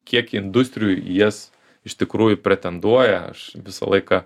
kiek industrijų į jas iš tikrųjų pretenduoja aš visą laiką